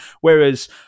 whereas